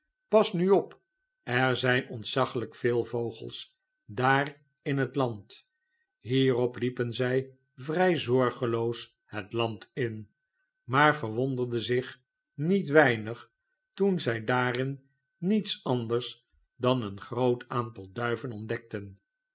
pas nu op er zijn ontzaghjk veel vogels daar in het land hierop liepen zij vrij zorgeloos het land in maar verwonderde zich niet weinig toen zij daarin niets anders dan een groot aantal duiven ontdekten